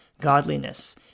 godliness